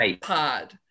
pod